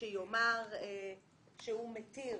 שיאמר שהוא מתיר